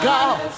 God